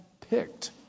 picked